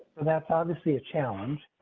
that's obviously a challenge.